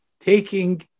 taking